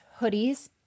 hoodies